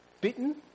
bitten